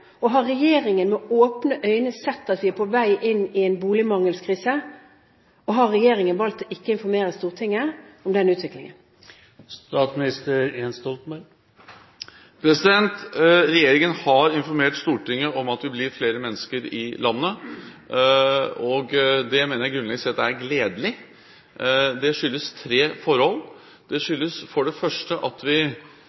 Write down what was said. Har regjeringen med åpne øyne sett at vi er på vei inn i en boligmangelkrise? Og har regjeringen valgt ikke å informere Stortinget om den utviklingen? Regjeringen har informert Stortinget om at vi blir flere mennesker i landet. Det mener jeg grunnleggende sett er gledelig. Det skyldes tre forhold: Det